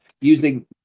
using